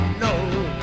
no